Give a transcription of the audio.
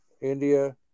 India